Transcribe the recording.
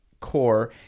core